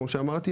כמו שאמרתי,